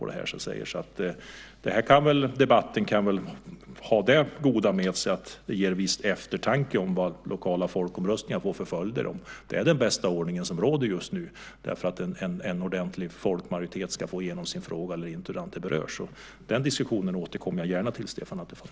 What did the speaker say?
Den här debatten kan väl ha det goda med sig att den stämmer till viss eftertanke om vad lokala folkomröstningar får för följder, om det är den bästa ordningen som råder just nu, om en ordentlig folkmajoritet ska få igenom sin fråga eller inte. Den diskussionen återkommer jag gärna till, Stefan Attefall.